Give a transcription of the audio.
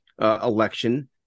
election